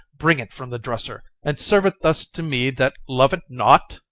bring it from the dresser, and serve it thus to me that love it not?